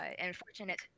unfortunate